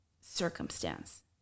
circumstance